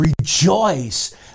rejoice